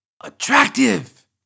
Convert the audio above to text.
attractive